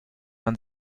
man